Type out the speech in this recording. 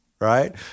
right